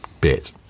Bit